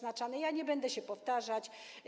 Nie będę się powtarzać.